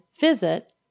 visit